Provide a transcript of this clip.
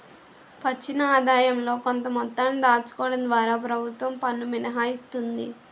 వచ్చిన ఆదాయంలో కొంత మొత్తాన్ని దాచుకోవడం ద్వారా ప్రభుత్వం పన్ను మినహాయిస్తుంది